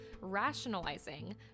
rationalizing